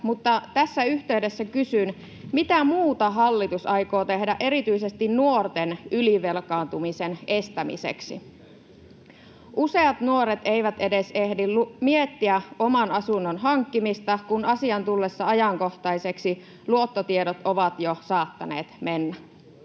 mutta tässä yhteydessä kysyn: mitä muuta hallitus aikoo tehdä erityisesti nuorten ylivelkaantumisen estämiseksi? Useat nuoret eivät edes ehdi miettiä oman asunnon hankkimista, kun asian tullessa ajankohtaiseksi luottotiedot ovat jo saattaneet mennä.